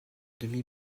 demi